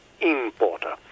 importer